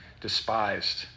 despised